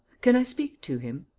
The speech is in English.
can i speak to him?